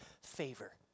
Favor